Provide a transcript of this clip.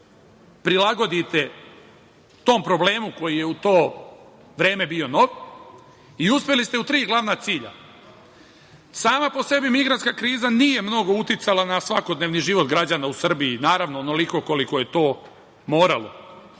prilagodite tom problemu koji je u to vreme bio nov i uspeli ste u tri glavna cilja. Sama po sebi migrantska kriza nije mnogo uticala na svakodnevni život građana u Srbiji, naravno onoliko koliko je to moralo.